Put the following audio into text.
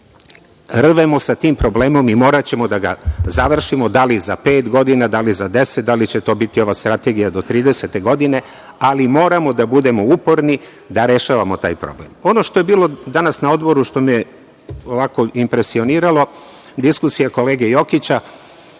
rvemo sa tim problemom i moraćemo da ga završimo, da li za pet godina, da li za 10, da li će to biti ova strategija do 2030. godine, ali moramo da budemo uporni da rešavamo taj problem. Ono što je bilo danas na Odboru, što me je impresioniralo, diskusija kolege Jokića,